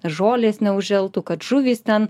žolės neužželtų kad žuvys ten